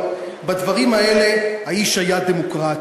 אבל בדברים האלה האיש היה דמוקרט,